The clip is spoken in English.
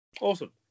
Awesome